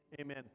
amen